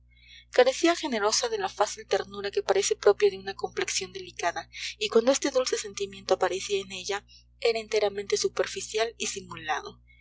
carecía generosa de la fácil ternura que parece propia de una complexión delicada y cuando este dulce sentimiento aparecía en ella era enteramente superficial y simulado